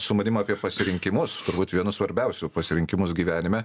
su manim apie pasirinkimus turbūt vienu svarbiausiu pasirinkimus gyvenime